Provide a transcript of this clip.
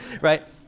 Right